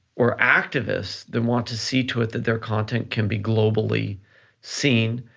or activists that want to see to it that their content can be globally seen,